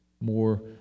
more